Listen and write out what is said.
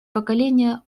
поколение